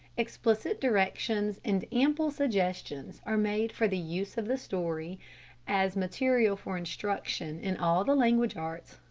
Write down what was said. explicit directions and ample suggestions are made for the use of the story as material for instruction in all the language arts,